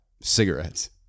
Cigarettes